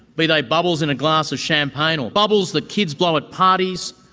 be they bubbles in a glass of champagne or bubbles that kids blow at parties,